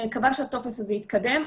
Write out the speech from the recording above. אני מקווה הטופס הזה יקדם.